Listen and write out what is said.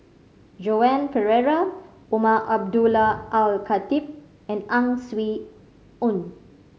Joan Pereira Umar Abdullah Al Khatib and Ang Swee Aun